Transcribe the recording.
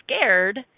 scared